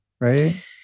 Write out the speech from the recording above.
right